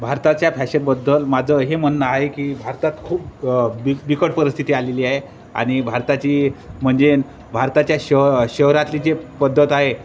भारताच्या फॅशनबद्दल माझं हे म्हणणं आहे की भारतात खूप बीक बिकट परिस्थिती आलेली आहे आणि भारताची म्हणजे भारताच्या श शहरातली जे पद्धत आहे